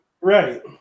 right